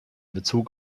bezug